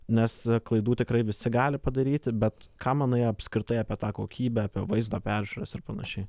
nes klaidų tikrai visi gali padaryti bet ką manai apskritai apie tą kokybę apie vaizdo peržiūras ir panašiai